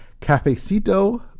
Cafecito